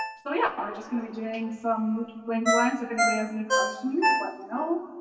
so yeah, we're just gonna be doing some bling designs. if anybody has any questions, let me know.